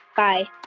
bye